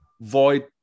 void